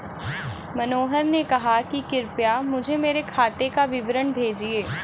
मनोहर ने कहा कि कृपया मुझें मेरे खाते का विवरण भेजिए